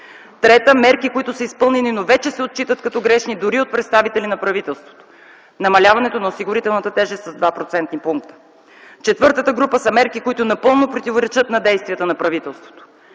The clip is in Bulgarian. Трета – мерки, които са изпълнени, но вече се отчитат като грешни дори от представители на правителството – намаляването на осигурителната тежест с 2-процентни пункта. Четвъртата група са мерки, които напълно противоречат на действията на правителството.